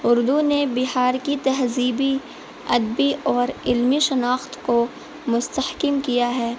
اردو نے بہار کی تہذیبی ادبی اور علمی شناخت کو مستحکم کیا ہے